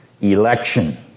Election